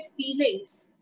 feelings